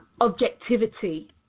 objectivity